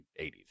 1980s